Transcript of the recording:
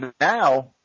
Now